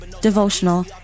devotional